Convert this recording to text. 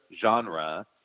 genre